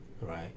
right